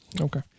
Okay